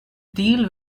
deal